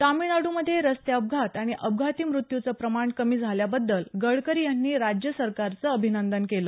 तमिळनाड्रमध्ये रस्ते अपघात आणि अपघाती मृत्यूचं प्रमाण कमी झाल्याबद्दल गडकरी यांनी राज्यसरकारचं अभिनंदन केलं